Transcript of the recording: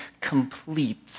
completes